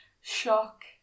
Shock